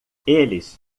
eles